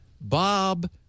Bob